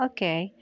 Okay